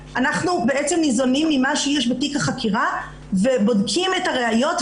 ניזונים ממה שיש בתיק החקירה ובודקים את הראיות.